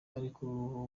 ariko